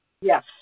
Yes